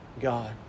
God